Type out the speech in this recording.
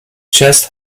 chest